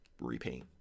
repaint